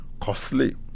costly